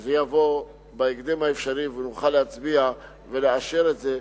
שזה יבוא בהקדם האפשרי ונוכל להצביע ולאשר את זה.